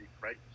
right